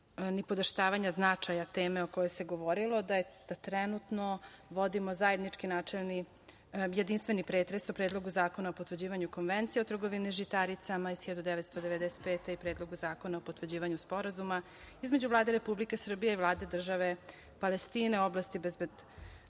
nipodaštavanja značaja teme o kojoj se govorilo, da trenutno vodimo zajednički jedinstveni pretres o Predlogu zakona o potvrđivanju konvencije o trgovini žitaricama iz 1995. godine i Predlogu zakona o potvrđivanju Sporazuma između Vlade Republike Srbije i Vlade države Palestine u oblasti bezbedonosne